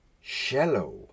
shallow